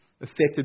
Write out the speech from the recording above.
affected